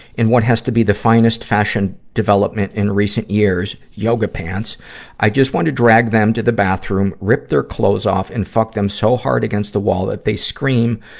in what has to be the finest fashion development in recent years yoga pants i just want to drag them to the bathroom, rip their clothes off, and fuck them so hard against the wall that they scream.